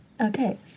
Okay